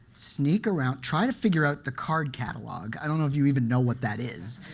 sneak around, try to figure out the card catalog. i don't know if you even know what that is.